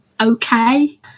okay